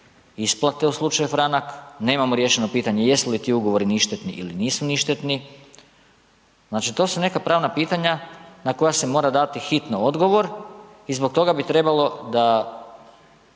isplate u slučaju Franak, nemamo riješeno pitanje jesu li ti ugovori ništetni ili nisu ništetni, znači to su neka pravna pitanja na koja se mora dati hitno odgovor i zbog toga bi trebalo da